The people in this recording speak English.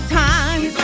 time